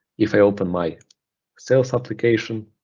if i open my sales application,